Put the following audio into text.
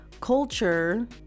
culture